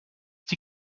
die